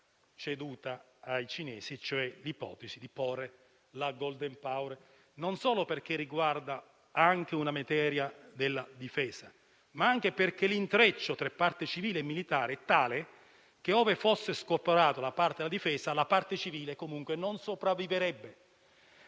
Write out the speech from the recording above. ceduto ai cinesi, cioè l'ipotesi di opporre il *golden power*, non solo perché riguarda anche una materia della Difesa, ma anche perché l'intreccio tra parte civile e militare è tale che, ove fosse scorporata la parte relativa alla Difesa, la parte civile comunque non sopravvivrebbe.